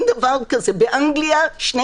באנגליה שני